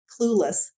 clueless